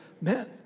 men